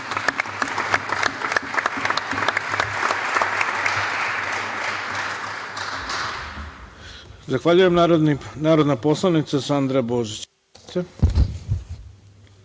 Zahvaljujem. Narodna poslanica Sandra Božić.